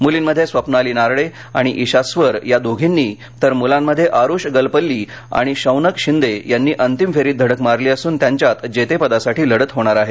मुलींमध्ये स्वप्नाली नारळे आणि ईशा स्वर या दोघींनी तर मुलांमध्ये आरुष गलपल्ली आणि शौनक शिंदे यांनी अंतिम फेरीत धडक मारली असून त्यांच्यात जेतेपदासाठी लढत होणार आहे